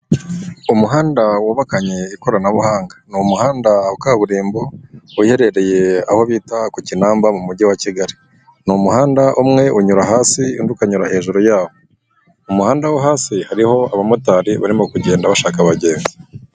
Umuhanda wubakanye ikoranabuhanga, ni umuhanda wa kaburimbo, uherereye aho bita ku Kinamba mu mujyi wa Kigali, ni umuhanda umwe unyura hasi, undi ukanyura hejuru yawo, umuhanda wo hasi hariho abamotari barimo kugenda bashaka abagenzi.